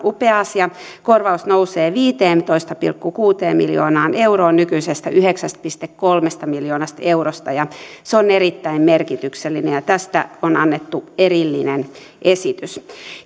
upea asia korvaus nousee viiteentoista pilkku kuuteen miljoonaan euroon nykyisestä yhdeksästä pilkku kolmesta miljoonasta eurosta ja se on erittäin merkityksellinen asia ja tästä on annettu erillinen esitys